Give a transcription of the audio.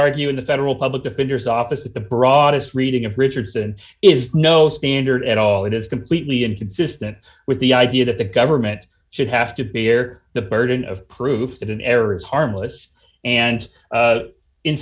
argue in the federal public defender's office that the broadest reading of richardson is no d standard at all it is completely inconsistent with the idea that the government should have to bear the burden of proof that an error is harmless and